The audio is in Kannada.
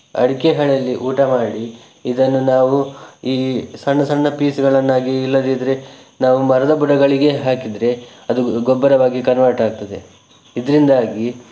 ಅಡಿಕೆ ಹಾಳೆಯಲ್ಲಿ ಊಟ ಮಾಡಿ ಇದನ್ನು ನಾವು ಈ ಸಣ್ಣ ಸಣ್ಣ ಪೀಸ್ಗಳನ್ನಾಗಿ ಇಲ್ಲದಿದ್ದರೆ ನಾವು ಮರದ ಬುಡಗಳಿಗೆ ಹಾಕಿದರೆ ಅದು ಗೊಬ್ಬರವಾಗಿ ಕನ್ವರ್ಟ್ ಆಗ್ತದೆ ಇದರಿಂದಾಗಿ